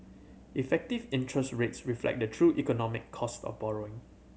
effective interest rates reflect the true economic cost of borrowing